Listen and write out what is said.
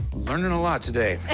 learning a lot today.